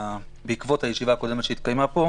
בעקבות הישיבה הקודמת שהתקיימה פה,